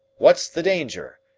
what's the danger,